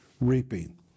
reaping